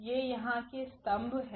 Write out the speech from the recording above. ये यहाँ के स्तंभ हैं